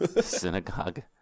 Synagogue